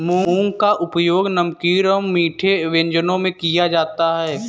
मूंग का उपयोग नमकीन और मीठे व्यंजनों में किया जाता है